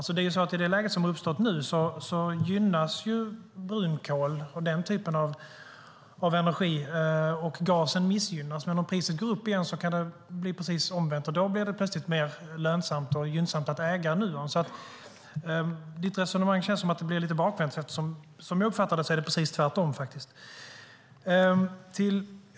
I det läge som har uppstått nu gynnas brunkol och den typen av energi, medan gasen missgynnas. Men om priset går upp igen kan det bli precis omvänt, och då blir det plötsligt mer lönsamt och gynnsamt att äga Nuon. Ditt resonemang känns därför lite bakvänt. Som jag uppfattar det är det faktiskt precis tvärtom.